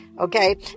Okay